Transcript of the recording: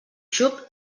xup